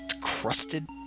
crusted